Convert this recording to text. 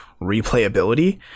replayability